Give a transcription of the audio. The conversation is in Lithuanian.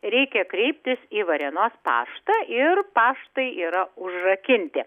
reikia kreiptis į varėnos paštą ir paštai yra užrakinti